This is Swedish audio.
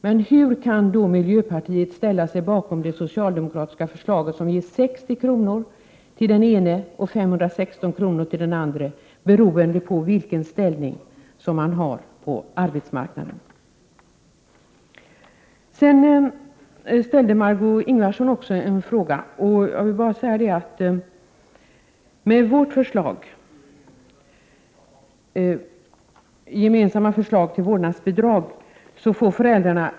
Men hur kan då miljöpartiet ställa sig bakom det socialdemokratiska förslaget, som ger 60 kr. till den ena och 516 kr. till den andra, beroende på vilken ställning man har på arbetsmarknaden?